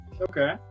okay